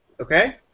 Okay